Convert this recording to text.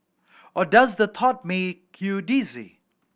or does the thought make you dizzy